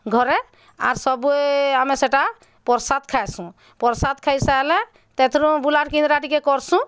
ଘରେ ଆର୍ ସବୁଏ ଆମେ ସେଟା ପରସାଦ୍ ଖାଏସୁଁ ପ୍ରସାଦ୍ ଖାଇସାରିଲେ ତା'ର୍ ଥିରୁ ବୁଲାର୍ କେନ୍ଦ୍ରା ଟିକେ କରସୁଁ